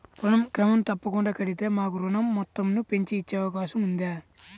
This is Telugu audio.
ఋణం క్రమం తప్పకుండా కడితే మాకు ఋణం మొత్తంను పెంచి ఇచ్చే అవకాశం ఉందా?